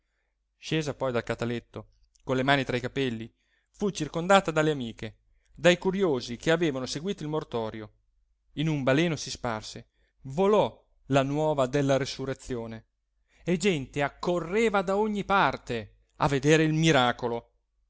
scesa poi dal cataletto con le mani tra i capelli fu circondata dalle amiche dai curiosi che avevano seguito il mortorio in un baleno si sparse volò la nuova della resurrezione e gente accorreva da ogni parte a vedere il miracolo